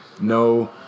no